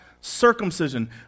circumcision